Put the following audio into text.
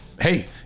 hey